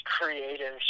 creative